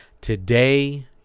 Today